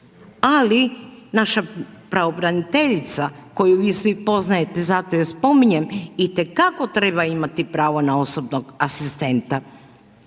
Ali naša pravobraniteljica koju vi svi poznajete, zato ju spominjem, itekako treba imati pravo na osobnog asistenta.